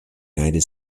united